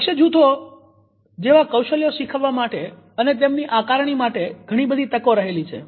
લક્ષ્યજૂથો જેવા કૌશલ્યો શીખવવા માટે અને તેમની આકરણી માટે ઘણીબધી તકો રહેલી છે